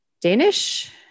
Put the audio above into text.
Danish